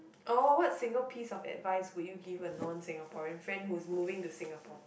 oh what single piece of advice would you give a non Singaporean friend who's moving to Singapore